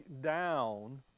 down